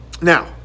Now